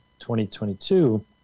2022